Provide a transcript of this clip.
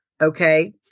okay